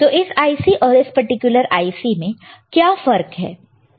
तो इस IC और इस पर्टिकुलर IC मैं क्या फर्क है